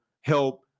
help